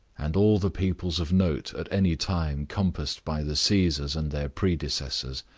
and all the peoples of note at any time compassed by the caesars and their predecessors,